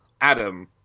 Adam